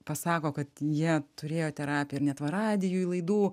pasako kad jie turėjo terapiją ir net va radijuj laidų